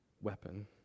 weapon